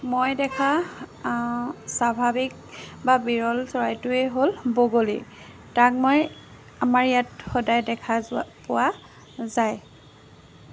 মই দেখা স্বাভাৱিক বা বিৰল চৰাইটোৱেই হ'ল বগলী তাক মই আমাৰ ইয়াত সদায় দেখা যোৱা পোৱা যায়